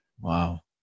Wow